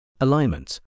alignment